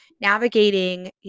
navigating